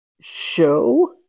show